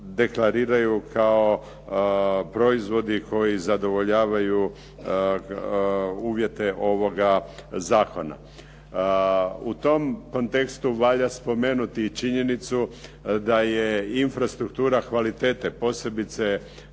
deklariraju kao proizvodi koji zadovoljavaju uvjete ovoga zakona. U tom kontekstu valja spomenuti i činjenicu da je infrastruktura kvalitete, posebice